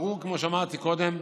ברור, כמו שאמרתי קודם,